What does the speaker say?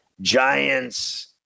Giants